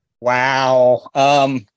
Wow